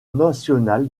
national